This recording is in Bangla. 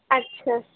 আচ্ছা